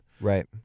Right